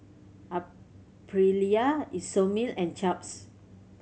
Aprilia Isomil and Chaps